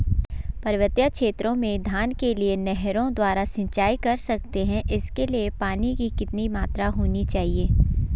पर्वतीय क्षेत्रों में धान के लिए नहरों द्वारा सिंचाई कर सकते हैं इसके लिए पानी की कितनी मात्रा होनी चाहिए?